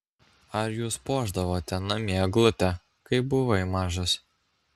ar jūs puošdavote namie eglutę kai buvai mažas